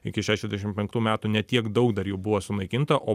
iki šešiasdešim penktų metų ne tiek daug dar jų buvo sunaikinta o